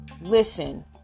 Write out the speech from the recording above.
Listen